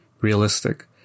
realistic